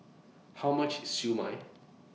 How much IS Siew Mai